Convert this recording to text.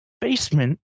basement